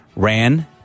Ran